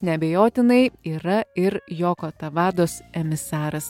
neabejotinai yra ir joko tamados emisaras